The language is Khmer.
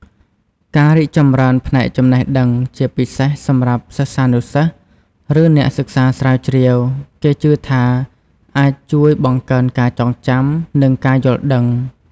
ការរីកចម្រើនផ្នែកចំណេះដឹង ជាពិសេសសម្រាប់សិស្សានុសិស្ស ឬអ្នកសិក្សាស្រាវជ្រាវ គេជឿថាអាចជួយបង្កើនការចងចាំ និងការយល់ដឹង។